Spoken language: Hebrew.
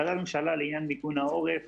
החלטת ממשלה לעניין מיגון העורף